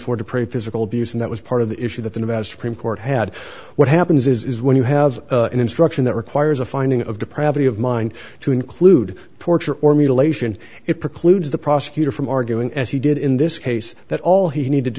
for the pretty physical abuse and that was part of the issue the thing about supreme court had what happens is when you have an instruction that requires a finding of depravity of mind to include torture or mutilation it precludes the prosecutor from arguing as he did in this case that all he needed to